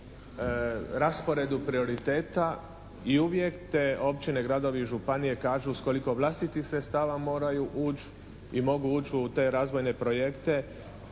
rasporedu prioriteta i uvijek te općine, gradovi i županije kažu s koliko vlastitih sredstava moraju ući i mogu ući u te razvojne projekte